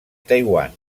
taiwan